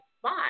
spot